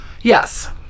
Yes